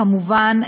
כמובן,